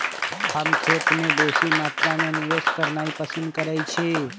हम खेत में बेशी मत्रा में निवेश करनाइ पसिन करइछी